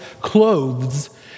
clothes